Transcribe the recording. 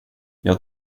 jag